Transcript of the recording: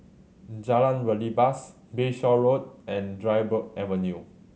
Jalan Belibas Bayshore Road and Dryburgh Avenue